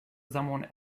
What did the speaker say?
someone